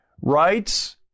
Rights